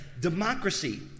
democracy